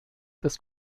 des